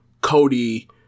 Cody